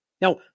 Now